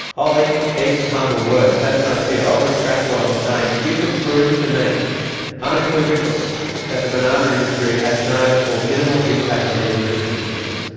i'll eat humble words, have no fear, i'll retract what i'm saying. if you can prove to me unequivocally that the banana industry has no or minimal impact on these river systems,